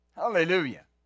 Hallelujah